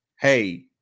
Hey